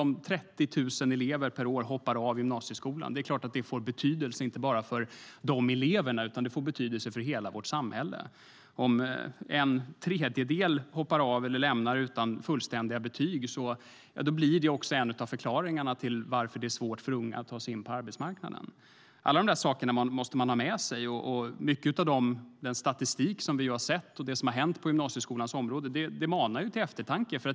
Om 30 000 elever hoppar av gymnasieskolan varje år får det naturligtvis betydelse inte bara för de eleverna utan för hela samhället. Att en tredjedel lämnar gymnasieskolan utan fullständiga betyg är en av förklaringarna till att det är svårt för unga att ta sig in på arbetsmarknaden. Mycket av den statistik vi har sett och det som har hänt på gymnasieskolans område manar till eftertanke.